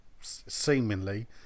seemingly